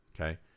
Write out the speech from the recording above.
Okay